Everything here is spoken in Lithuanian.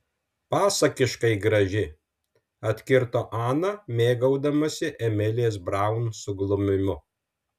pasakiškai graži atkirto ana mėgaudamasi emilės braun suglumimu